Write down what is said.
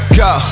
go